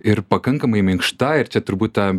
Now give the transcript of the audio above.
ir pakankamai minkšta ir čia turbūt ta